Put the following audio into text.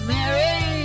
Mary